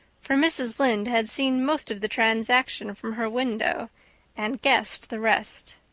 for mrs. lynde had seen most of the transaction from her window and guessed the rest.